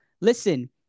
Listen